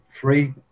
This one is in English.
free